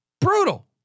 Brutal